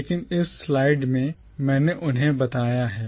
लेकिन इस स्लाइड में मैंने उन्हें बताया है